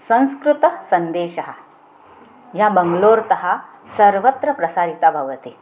संस्कृतसन्देशः या बङ्ग्लूर्तः सर्वत्र प्रसारिता भवति